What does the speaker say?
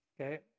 Okay